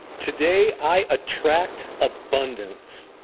today, i attract abundance.